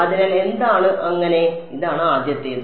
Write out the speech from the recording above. അതിനാൽ എന്താണ് അങ്ങനെ ഇതാണ് ആദ്യത്തേത്